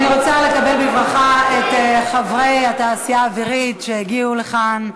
אני רוצה לקבל בברכה את חברי התעשייה האווירית שהגיעו לכאן.